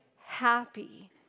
happy